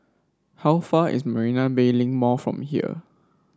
how far is Marina Bay Link Mall from here